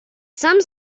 some